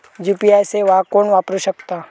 UPI सेवा कोण वापरू शकता?